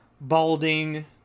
balding